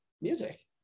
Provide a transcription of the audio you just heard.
music